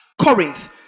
Corinth